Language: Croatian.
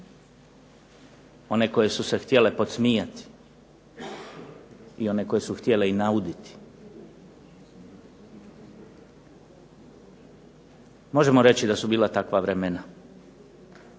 one koje su se htjele podsmijati i one koje su htjele i nauditi. Možemo reći da su bila takva vremena.